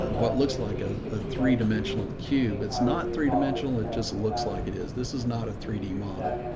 what looks like ah a three dimensional cube. it's not three-dimensional. it just looks like it is. this is not a three d model.